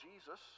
Jesus